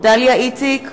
דליה איציק,